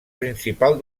principal